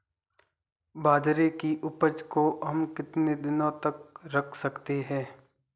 बाजरे की उपज को हम कितने दिनों तक रख सकते हैं?